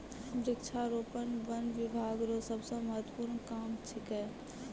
वृक्षारोपण वन बिभाग रो सबसे महत्वपूर्ण काम छिकै